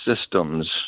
systems